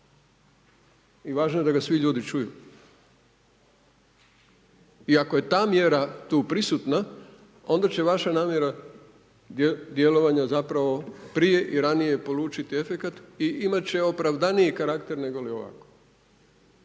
i važno je da ga svi ljudi čuju. I ako je ta mjera tu prisutna onda će vaša namjera djelovanja zapravo prije i ranije polučiti efekat i imat će opravdaniji karakter nego li ovako.